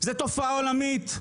זאת תופעה עולמית.